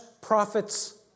profits